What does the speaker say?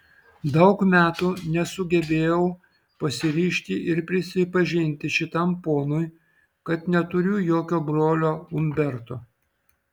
daug metų nesugebėjau pasiryžti ir prisipažinti šitam ponui kad neturiu jokio brolio umberto